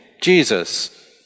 Jesus